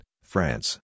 France